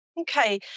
Okay